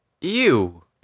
Ew